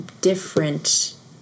different